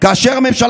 בלי בושה,